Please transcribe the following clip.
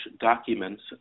documents